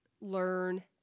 learn